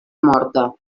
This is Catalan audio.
morta